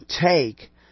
take